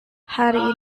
hari